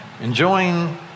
Enjoying